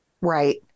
right